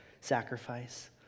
sacrifice